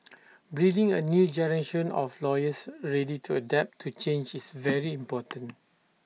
breeding A new generation of lawyers ready to adapt to change is very important